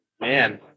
Man